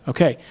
Okay